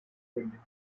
building